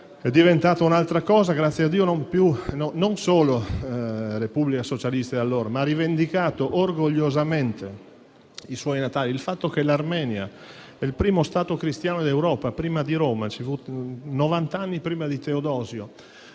è diventata un'altra cosa: grazie a Dio non solo la Repubblica socialista di allora, ma ha rivendicato orgogliosamente i suoi natali. L'Armenia è il primo Stato cristiano d'Europa, prima di Roma, novant'anni prima di Teodosio.